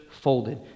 folded